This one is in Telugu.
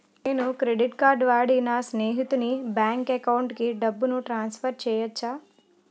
నేను క్రెడిట్ కార్డ్ వాడి నా స్నేహితుని బ్యాంక్ అకౌంట్ కి డబ్బును ట్రాన్సఫర్ చేయచ్చా?